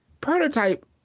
Prototype